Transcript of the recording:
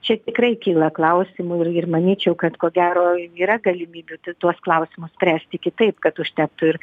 čia tikrai kyla klausimų ir ir manyčiau kad ko gero yra galimybių tai tuos klausimus spręsti kitaip kad užtektų ir